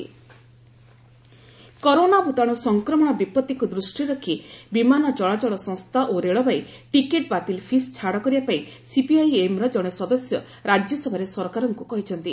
RS corona corona ଭୂତାଣୁ ସଂକ୍ରମଣ ବିପତ୍ତିକୁ ଦୃଷ୍ଟିରେ ରଖି ବିମାନ ଚଳାଚଳ ସଂସ୍ଥା ଓ ରେଳବାଇ ଟିକେଟ୍ ବାତିଲ ଫିସ୍ ଛାଡ଼ କରିବା ପାଇଁ ସିପିଆଇଏମ୍ର ଜଣେ ସଦସ୍ୟ ରାଜ୍ୟସଭାରେ ସରକାରଙ୍କ କହିଛନ୍ତି